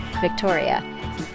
Victoria